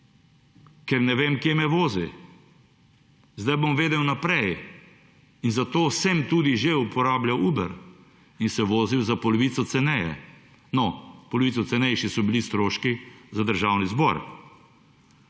ker ne vem, kje me vozi. Zdaj bom vedel vnaprej in zato sem tudi že uporabljal Uber in se vozil za polovico ceneje, no, polovico cenejši so bili stroški za Državni zbor.